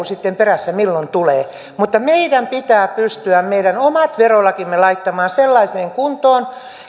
sitten perässä milloin tulee mutta meidän pitää pystyä laittamaan meidän omat verolakimme sellaiseen kuntoon